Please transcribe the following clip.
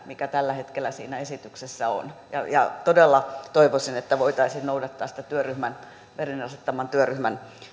mikä tällä hetkellä siinä esityksessä on ja ja todella toivoisin että voitaisiin noudattaa sitä bernerin asettaman työryhmän